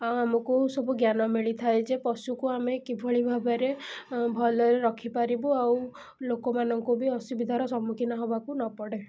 ଆଉ ଆମକୁ ସବୁ ଜ୍ଞାନ ମିଳିଥାଏ ଯେ ପଶୁକୁ ଆମେ କିଭଳି ଭାବରେ ଭଲରେ ରଖିପାରିବୁ ଆଉ ଲୋକମାନଙ୍କୁ ବି ଅସୁବିଧାର ସମ୍ମୁଖୀନ ହବାକୁ ନ ପଡ଼େ